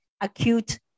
acute